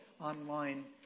online